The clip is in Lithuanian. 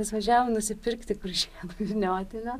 mes važiavom nusipirkti kuršėnų vyniotinio